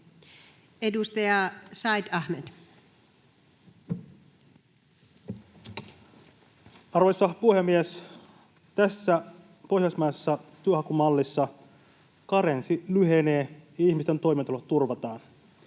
Edustaja Said Ahmed. Arvoisa puhemies! Tässä pohjoismaisessa työnhakumallissa karenssi lyhenee ja ihmisten toimeentulo turvataan.